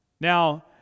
now